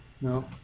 No